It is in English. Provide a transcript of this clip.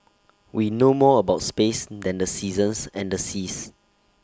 we know more about space than the seasons and the seas